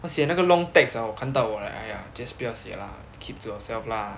他写那个 long text ah 我看到我 like !aiya! just 不要写 lah keep to yourself lah